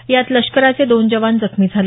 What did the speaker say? यात लष्कराचे दोन जवान जखमी झाले